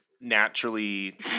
naturally